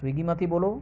સ્વીગીમાંથી બોલો